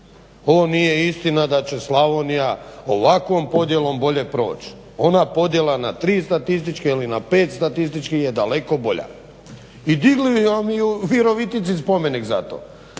Ovo nije istina da će Slavnija ovakvom podjelom bolje proći. Ona podjela na tri statističke ili na pet statističkih je daleko bolja i digli u Virovitici spomenik za to.